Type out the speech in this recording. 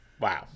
Wow